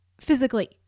physically